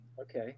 okay